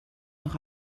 nog